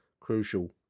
crucial